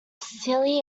silly